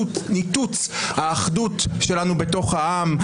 ניתוץ האחדות שלנו בתוך העם,